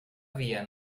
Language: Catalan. via